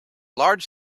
large